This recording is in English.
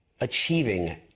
achieving